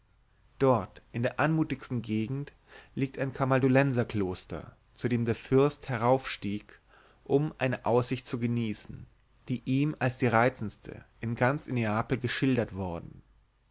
dort in der anmutigsten gegend liegt ein kamaldulenserkloster zu dem der fürst heraufstieg um eine aussicht zu genießen die ihm als die reizendste in ganz neapel geschildert worden